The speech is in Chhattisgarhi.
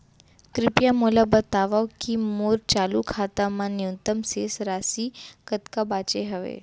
कृपया मोला बतावव की मोर चालू खाता मा न्यूनतम शेष राशि कतका बाचे हवे